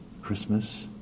Christmas